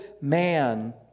man